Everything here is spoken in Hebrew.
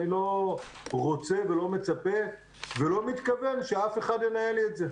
אני לא רוצה ולא מצפה ולא מתכוון שאף אחד ינהל לי את זה.